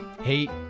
Hate